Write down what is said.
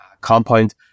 compound